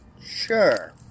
Sure